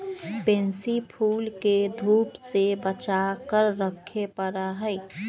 pansy फूल के धूप से बचा कर रखे पड़ा हई